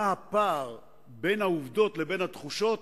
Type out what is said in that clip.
מה הפער בין העובדות לבין התחושות,